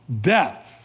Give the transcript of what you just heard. death